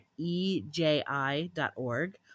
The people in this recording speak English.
EJI.org